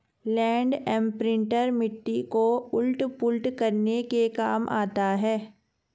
land imprinter मिट्टी को उलट पुलट करने के काम आता है